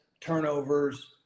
turnovers